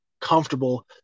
comfortable